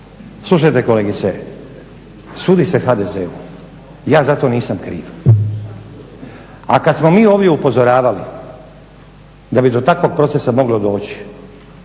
Slušajte kolegice, sudi se HDZ-u. Ja za to nisam kriv. A kad smo mi ovdje upozoravali da bi do takvog procesa moglo doći,